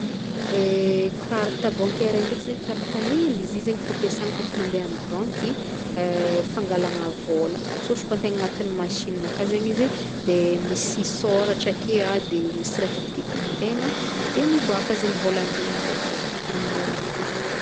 Carte bancaire igny ndraiky zegny, carte hely izy i zegny fampiasaigny izy kaofa mande amy banky, fangalagna vôla, atsofokintegna agnatin'ny machine aka zegny izy de misy soratra ake de misy raha kitikitihantegna de miboàka zegny vôlantegna avake amin'ny alalan'i carte igny.